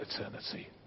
eternity